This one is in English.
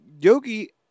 Yogi